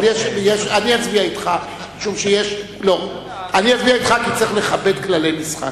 אני אצביע אתך, כי צריך לכבד כללי משחק.